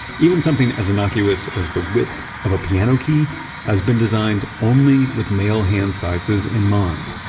even something as innocuous as the width of a piano key has been designed only with male hand sizes in mind.